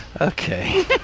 Okay